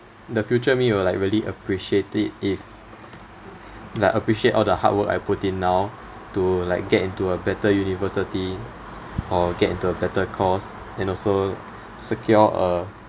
the future me will like really appreciate it if like appreciate all the hard work I put in now to like get into a better university or get into a better course and also secure a